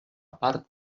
part